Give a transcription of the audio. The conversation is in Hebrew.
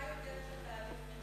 אתה יודע שהתהליך נרמס.